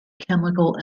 chemical